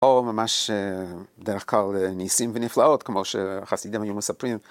או ממש דרך כל ניסים ונפלאות כמו שהחסידים היו מספרים.